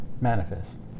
manifest